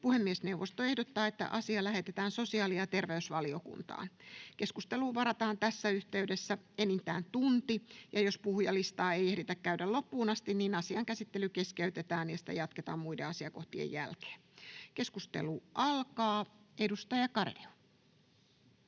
Puhemiesneuvosto ehdottaa, että asia lähetetään sosiaali- ja terveysvaliokuntaan. Keskusteluun varataan tässä yhteydessä enintään tunti, ja jos puhujalistaa ei ehditä käydä loppuun asti, asian käsittely keskeytetään ja sitä jatketaan muiden asiakohtien jälkeen. — Keskustelu alkaa. Edustaja Garedew.